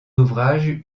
ouvrages